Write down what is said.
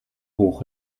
hoch